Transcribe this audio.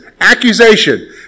accusation